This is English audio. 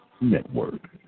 Network